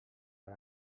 per